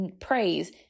praise